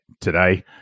today